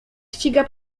ściga